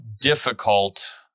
difficult